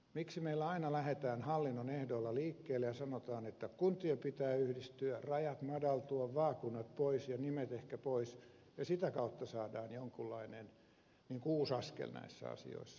miksi meillä aina lähdetään hallinnon ehdoilla liikkeelle ja sanotaan että kuntien pitää yhdistyä rajojen madaltua vaakunat pois ja nimet ehkä pois ja sitä kautta saadaan jonkunlainen uusi askel näissä asioissa